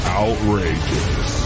outrageous